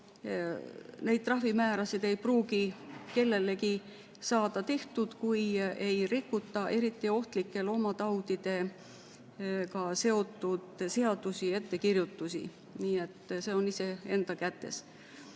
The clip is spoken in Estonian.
neid trahvimäärasid ei pruugi kellelegi saada tehtud, kui ei rikuta eriti ohtlike loomataudidega seotud seadusi ja ettekirjutusi. Nii et see on iseenda kätes.